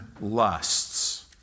lusts